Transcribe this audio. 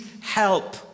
help